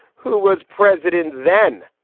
who was president then?